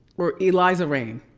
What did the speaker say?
or eliza reign.